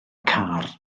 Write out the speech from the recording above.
car